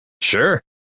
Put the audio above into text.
Sure